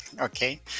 Okay